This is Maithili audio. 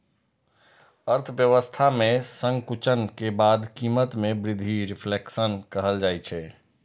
अर्थव्यवस्था मे संकुचन के बाद कीमत मे वृद्धि कें रिफ्लेशन कहल जाइ छै